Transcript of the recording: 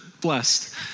blessed